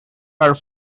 are